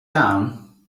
down